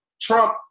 Trump